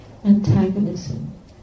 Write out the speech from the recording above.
antagonism